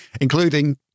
including